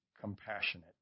compassionate